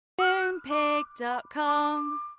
Moonpig.com